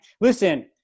Listen